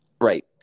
Right